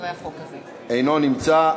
אינו נמצא.